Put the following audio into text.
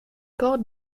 port